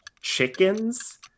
chickens